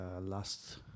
last